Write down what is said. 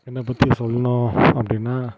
என்னை பற்றி சொல்லணும் அப்படின்னா